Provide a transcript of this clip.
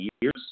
years